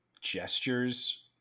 gestures